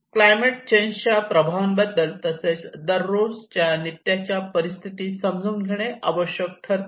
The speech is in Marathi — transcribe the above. क्लायमेट चेंजच्या प्रभावांबद्दल आणि तसेच दररोजच्या नित्याच्या परिस्थिती समजून घेणे आवश्यक ठरते